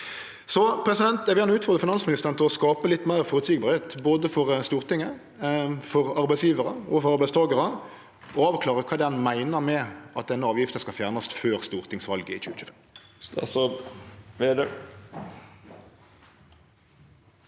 Så eg vil gjerne utfordre finansministeren til å skape litt meir føreseielegheit både for Stortinget, for arbeidsgjevarar og for arbeidstakarar og avklare kva ein meiner med at denne avgifta skal fjernast før stortingsvalet i 2025.